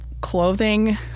clothing